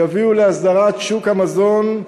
יביאו להסדרת שוק המזון,